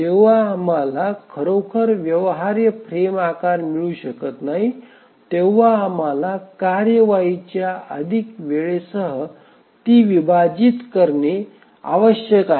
जेव्हा आम्हाला खरोखर व्यवहार्य फ्रेम आकार मिळू शकत नाही तेव्हा आम्हाला कार्यवाहीच्या अधिक वेळेसह ती विभाजित करणे आवश्यक आहे